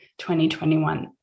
2021